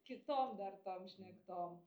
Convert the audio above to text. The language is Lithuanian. kitom dar tom šnektom